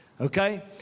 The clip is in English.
Okay